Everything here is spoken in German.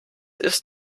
ist